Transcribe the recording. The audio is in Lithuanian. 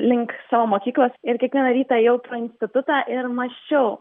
link savo mokyklos ir kiekvieną rytą ėjau pro institutą ir mąsčiau